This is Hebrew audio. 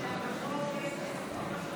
אנו עוברים